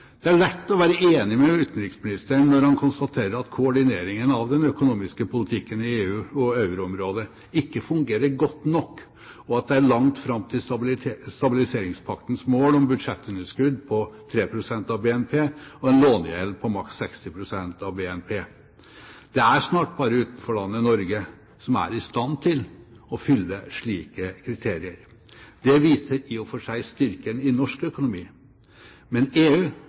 Det er lett å være enig med utenriksministeren når han konstaterer at koordineringen av den økonomiske politikken i EU og euroområdet ikke fungerer godt nok, og at det er langt fram til stabiliseringspaktens mål om budsjettunderskudd på 3 pst. av BNP og en lånegjeld på maks 60 pst. av BNP. Det er snart bare utenforlandet Norge som er i stand til å fylle slike kriterier. Det viser i og for seg styrken i norsk økonomi. Men EU